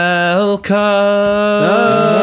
Welcome